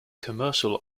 commercial